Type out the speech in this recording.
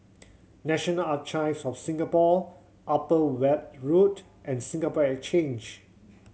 National Archives of Singapore Upper Weld Road and Singapore Exchange